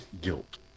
guilt